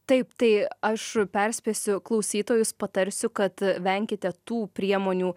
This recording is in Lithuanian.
taip tai aš perspėsiu klausytojus patarsiu kad venkite tų priemonių